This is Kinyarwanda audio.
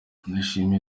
ndayishimiye